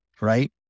right